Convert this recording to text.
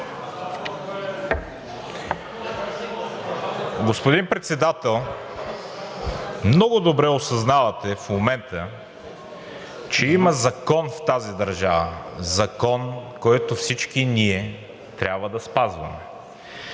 Господин Председател, много добре осъзнавате в момента, че има закон в тази държава, закон, който всички ние трябва да спазваме.